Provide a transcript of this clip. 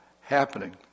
happening